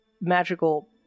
magical